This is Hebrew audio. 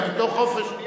אלא מתוך חופש.